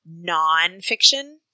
nonfiction